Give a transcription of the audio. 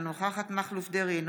אינה נוכחת אריה מכלוף דרעי,